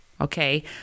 Okay